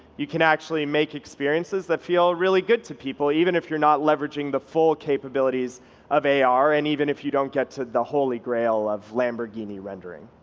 you can actually make experiences that feel really good to people even if you're not leveraging the full capabilities of ar and even if you don't get to the holy grail of lamborghini rendering.